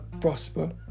prosper